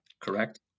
Correct